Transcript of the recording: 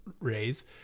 rays